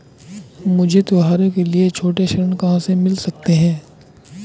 मुझे त्योहारों के लिए छोटे ऋण कहां से मिल सकते हैं?